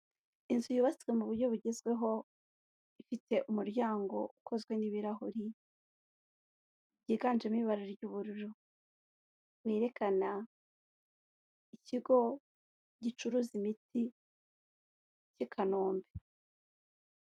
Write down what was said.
Inzu yubatswe mu buryo bugezweho, ifite umuryango ukozwe n'ibirahuri, byiganjemo ibara ry'ubururu, werekana ikigo gicuruza imiti i Kanombe.